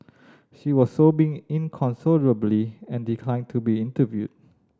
she was sobbing inconsolably and declined to be interviewed